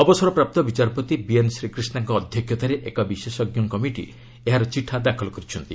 ଅବସରପ୍ରାପ୍ତ ବିଚାରପତି ବିଏନ୍ ଶ୍ରୀକ୍ରିଷାଙ୍କ ଅଧ୍ୟକ୍ଷତାରେ ଏକ ବିଶେଷଜ୍ଞ କମିଟି ଏହାର ଚିଠା ଦାଖଲ କରିଛନ୍ତି